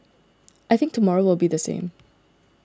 I think tomorrow will be the same